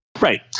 Right